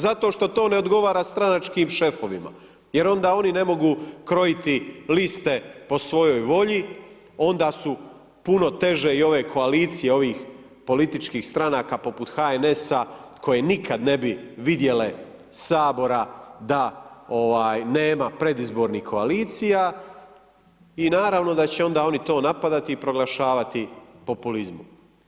Zato što to ne odgovara stranačkim šefovima jer onda oni ne mogu krojiti list po svojoj volji, onda su puno teže i ove koalicije i ovih političkih stranaka poput HNS-a koje nikad ne bi vidjele Sabora da nema predizbornih koalicija i naravno da će onda oni to napadati i proglašavati populizmom.